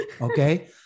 okay